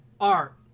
Art